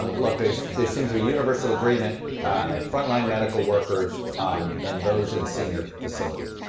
um look, ah there seems to be universal agreement ah frontline medical workers and those in senior facilities.